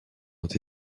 ont